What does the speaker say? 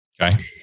Okay